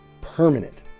permanent